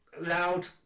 Loud